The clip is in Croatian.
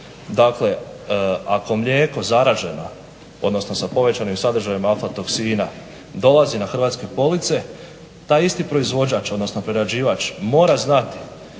Dakle, ako mlijeko zaraženo, odnosno sa povećanim sadržajem afla-toksina dolazi na hrvatske police taj isti proizvođač, odnosno prerađivač mora znati